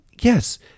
yes